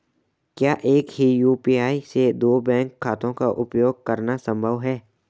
क्या एक ही यू.पी.आई से दो बैंक खातों का उपयोग करना संभव है?